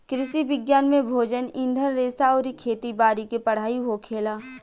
कृषि विज्ञान में भोजन, ईंधन रेशा अउरी खेती बारी के पढ़ाई होखेला